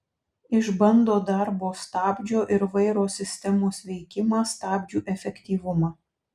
išbando darbo stabdžio ir vairo sistemos veikimą stabdžių efektyvumą